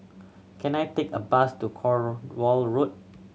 can I take a bus to Cornwall Road